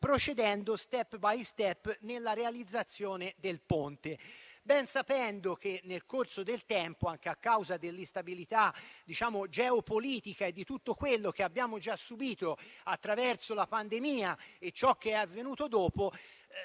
procedendo *step by step* nella realizzazione del ponte. Ciò ben sapendo che nel corso del tempo, anche a causa dell'instabilità geopolitica e di tutto quello che abbiamo subito con la pandemia e di ciò che è avvenuto dopo,